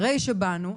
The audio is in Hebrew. הרי שבאנו,